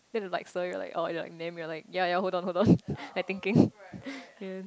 then they like sorry oh then we are like ya ya hold on hold on like thinking ya